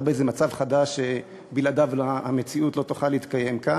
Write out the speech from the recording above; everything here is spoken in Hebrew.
לא באיזה מצב חדש שבלעדיו המציאות לא תוכל להתקיים כאן,